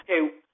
okay